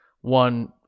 one